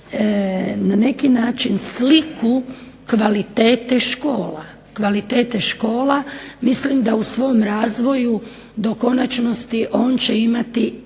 na neki način sliku kvalitete škola. Mislim da u svom razvoju do konačnosti on će imati